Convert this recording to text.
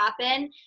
happen